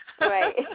Right